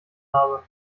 habe